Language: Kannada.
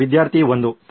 ವಿದ್ಯಾರ್ಥಿ 1 ಸರಿ